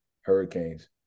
hurricanes